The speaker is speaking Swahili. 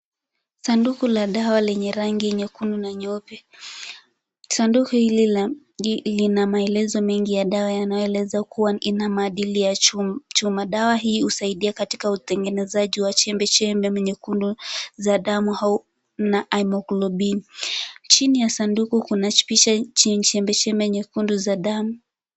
Sanduku la dawa lenye rangi nyekundu na nyeupe. Sanduku hili lina maelezo mengi ya dawa yanayoeleza kuwa ina madili ya chuma. Dawa hii husaidia katika utengenezaji wa chembe chembe ama nyekundu za damu na haemoglobin . Chini ya sanduku kuna chipishe chenye chembe chembe nyekundu za damu.